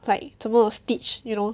like 怎么 stitch you know